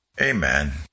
Amen